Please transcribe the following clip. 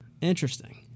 Interesting